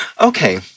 Okay